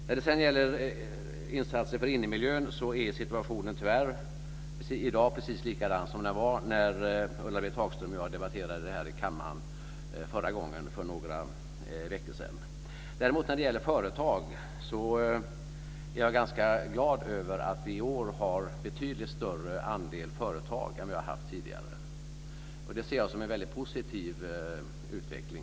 När det sedan gäller insatser för innermiljön är situationen tyvärr i dag precis likadan som den var när Ulla-Britt Hagström och jag debatterade det här i kammaren förra gången för några veckor sedan. Däremot när det gäller företag är jag ganska glad över att vi i år har en betydligt större andel företag än vad vi haft tidigare. Det ser jag som en väldigt positiv utveckling.